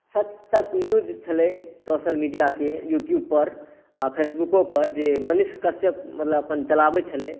सच Tak news छलै social मीडियाके यूट्यूबपर आ फेसबुकोपर जे मनीष कश्यप मतलब अपन चलाबैत छलै